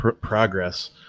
Progress